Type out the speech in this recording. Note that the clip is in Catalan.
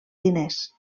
diners